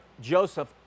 Joseph